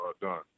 done